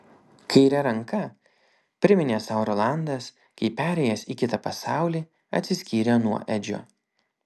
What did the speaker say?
kaire ranka priminė sau rolandas kai perėjęs į kitą pasaulį atsiskyrė nuo edžio